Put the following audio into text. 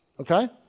Okay